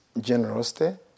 generosity